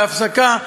בהפסקה?